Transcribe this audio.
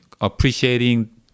appreciating